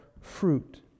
fruit